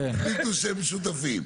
החליטו שהם שותפים.